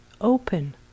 open